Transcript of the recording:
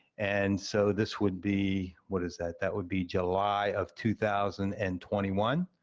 and so, this would be, what is that? that would be july of two thousand and twenty one,